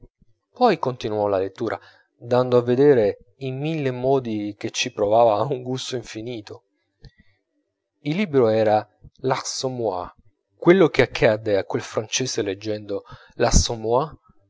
poi continuò la lettura dando a vedere in mille modi che ci provava un gusto infinito il libro era l'assommoir quello che accadde a quel francese leggendo